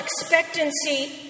expectancy